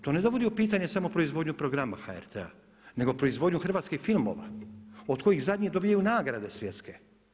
To ne dovodi u pitanje smo proizvodnju programa HRT-a nego proizvodnju hrvatskih filmova od kojih zadnji dobivaju nagrade svjetske.